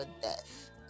death